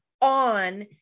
on